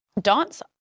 dance